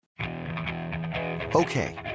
Okay